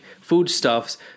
foodstuffs